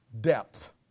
Depth